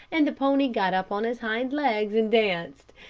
and the pony got up on his hind legs and danced.